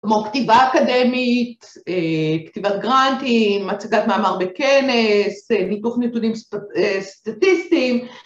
כמו כתיבה אקדמית, כתיבת גרנטים, הצגת מאמר בכנס, ניתוח נתונים סטטיסטיים.